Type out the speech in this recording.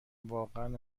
واقعا